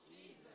Jesus